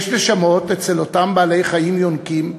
יש נשמות אצל אותם בעלי-חיים יונקים,